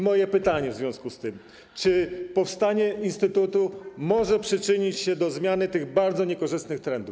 Moje pytanie w związku z tym jest takie: Czy powstanie instytutu może przyczynić się do zmiany tych bardzo niekorzystnych trendów?